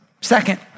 Second